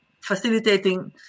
facilitating